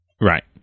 Right